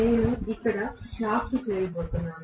నేను ఇక్కడ షాఫ్ట్ చేయబోతున్నాను